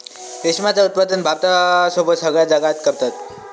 रेशमाचा उत्पादन भारतासोबत सगळ्या जगात करतत